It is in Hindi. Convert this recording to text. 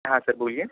हाँ सर बोलिए